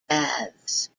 baths